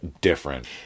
different